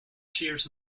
cheers